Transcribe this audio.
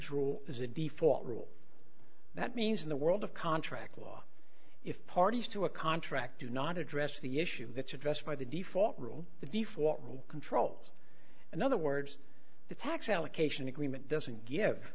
a default rule that means in the world of contract law if parties to a contract do not address the issue that's addressed by the default rule the default rule controls in other words the tax allocation agreement doesn't give